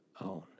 own